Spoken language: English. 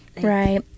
Right